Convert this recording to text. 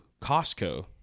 Costco